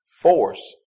force